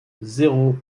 zéro